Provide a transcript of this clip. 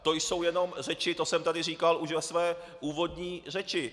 To jsou jenom řeči, to jsem tady říkal už ve své úvodní řeči.